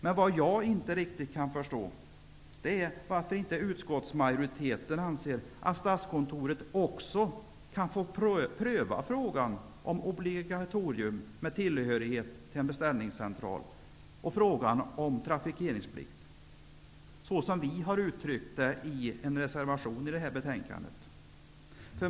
Vad jag däremot inte riktigt förstår är att inte utskottsmajoriteten anser att också Statskontoret kan få pröva frågorna om obligatorium av tillhörighet till en beställningscentral och om trafikeringsplikt, så som vi uttryckt det i en reservation till detta betänkande.